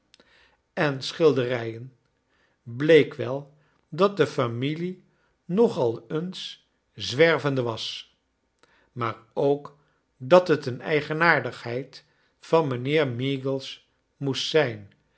en schilderijen bleek wel dat de f ami lie nog al eens zwervende was maar ook dat het een eigenaardigheid van mijnheer meagles moest zijn